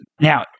Now